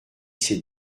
ses